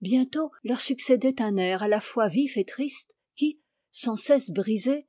bientôt leur succédait un air à la fois vif et triste qui sans cesse brisé